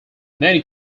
many